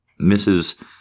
Mrs